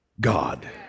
God